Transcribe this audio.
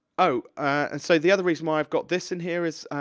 oh, and so, the other reason why i've got this in here is,